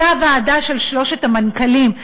אותה ועדה של שלושת המנכ"לים,